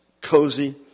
cozy